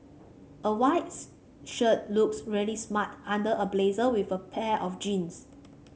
a white shirt looks really smart under a blazer with a pair of jeans